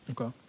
Okay